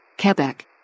Quebec